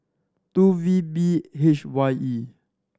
two V B H Y E